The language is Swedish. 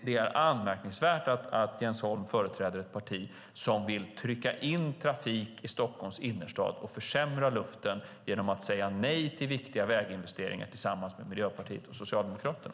Det är anmärkningsvärt att Jens Holm företräder ett parti som vill trycka in trafik i Stockholms innerstad och försämra luften genom att säga nej till viktiga väginvesteringar, tillsammans med Miljöpartiet och Socialdemokraterna.